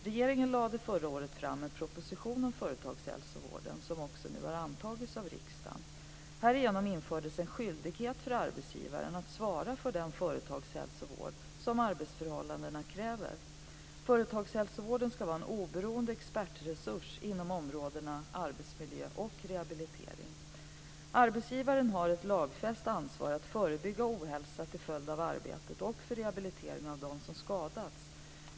Regeringen lade förra året fram en proposition om företagshälsovården. Förslagen har antagits av riksdagen. Härigenom infördes en skyldighet för arbetsgivaren att svara för den företagshälsovård som arbetsförhållandena kräver. Företagshälsovården ska vara en oberoende expertresurs inom områdena arbetsmiljö och rehabilitering. Arbetsgivaren har ett lagfäst ansvar att förebygga ohälsa till följd av arbetet och för rehabiliteringen av dem som skadats.